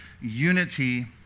unity